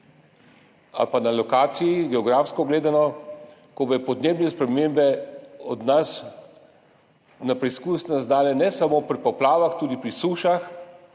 ali pa na lokaciji, geografsko gledano, ko nas bodo podnebne spremembe dale na preizkus, ne samo pri poplavah, tudi pri sušah,